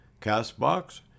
CastBox